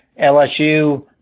LSU